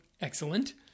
Excellent